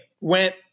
went